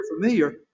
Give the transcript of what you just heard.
familiar